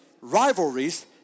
rivalries